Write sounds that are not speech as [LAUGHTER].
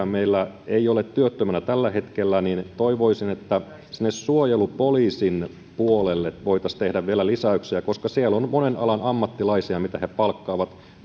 [UNINTELLIGIBLE] meillä ei ole työttömänä tällä hetkellä toivoisin että sinne suojelupoliisin puolelle voitaisiin tehdä vielä lisäyksiä koska siellä on monen alan ammattilaisia joita he palkkaavat